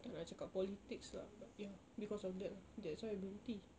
tak nak cakap politics lah but ya because of that lah that's why I berhenti